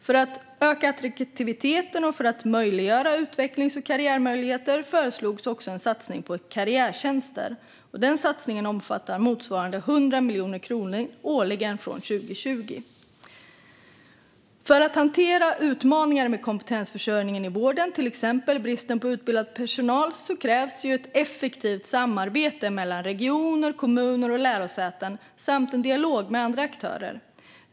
För att öka attraktiviteten och för att möjliggöra utvecklings och karriärmöjligheter föreslogs också en satsning på karriärtjänster. Satsningen omfattar motsvarande 100 miljoner kronor årligen från 2020. För att hantera utmaningar med kompetensförsörjningen i vården, till exempel bristen på utbildad personal, krävs ett effektivt samarbete mellan regioner, kommuner och lärosäten samt en dialog med andra aktörer.